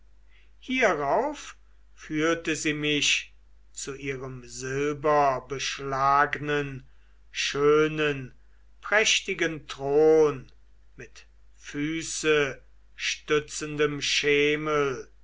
hierauf führte sie mich zu ihrem silberbeschlagnen schönen prächtigen thron mit füßestützendem schemel